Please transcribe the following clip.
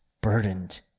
burdened